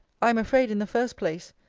i am afraid, in the first place,